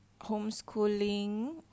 homeschooling